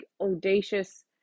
audacious